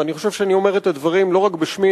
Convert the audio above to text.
ואני חושב שאני אומר את הדברים לא רק בשמי